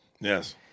Yes